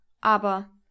aber